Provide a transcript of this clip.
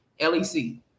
LEC